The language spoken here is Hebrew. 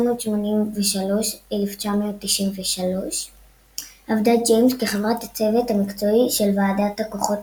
בשנים 1983–1993 עבדה ג'יימס כחברת הצוות המקצועי של ועדת הכוחות